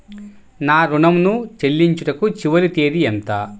నా ఋణం ను చెల్లించుటకు చివరి తేదీ ఎంత?